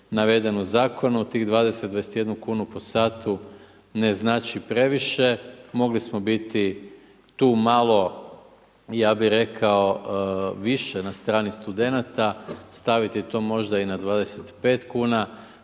naveden u zakonu, tih 20, 21 kn po satu ne znači previše, mogli smo biti tu malo ja bi rekao, više na strani studenata, staviti to možda i na 25 kn,